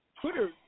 Twitter